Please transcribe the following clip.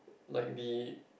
like the